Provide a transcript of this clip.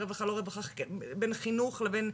בין חינוך לבין,